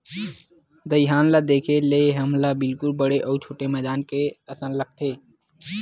दईहान ल देखे ले हमला बिल्कुल बड़े अउ छोटे मैदान के असन लगथे